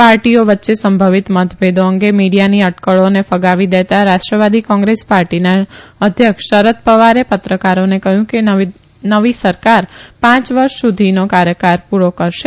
પાર્ટીએ વચ્ચે સંભવીત મતભેદો અંગે મીડીયાની અટકળોને ફગાવી દેતા રાષ્ટ્રવાદી કોંગ્રેસ પાર્ટીના અધ્યક્ષ શરદ પવારે પત્રકારોને કહયું કે નવી સરકાર પાંચ વર્ષ સુધીનો કાર્યકાળ પુરો કરશે